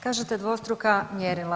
Kažete dvostruka mjerila.